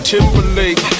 Timberlake